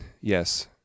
yes